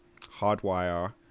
hardwire